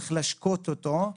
צריך להשקות אותו,